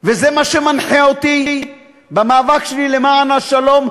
וזה מה שמנחה אותי במאבק שלי למען השלום,